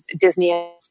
Disney